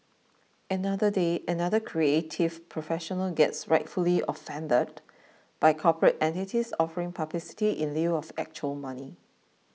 another day another creative professional gets rightfully offended by corporate entities offering publicity in lieu of actual money